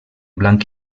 blanc